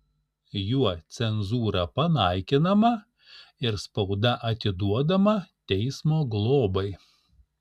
juo cenzūra panaikinama ir spauda atiduodama teismo globai